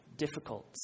Difficult